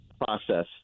process